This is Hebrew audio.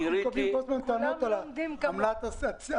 אנחנו מקבלים כל הזמן טענות על העמלה הצולבת,